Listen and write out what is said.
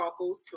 tacos